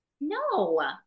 No